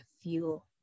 fuel